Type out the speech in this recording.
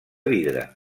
vidre